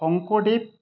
Sankardev